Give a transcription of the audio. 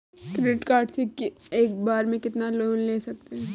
Credit card से एक बार में कितना लोन ले सकते हैं?